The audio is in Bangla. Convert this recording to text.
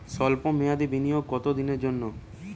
সল্প মেয়াদি বিনিয়োগ কত দিনের জন্য?